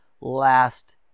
last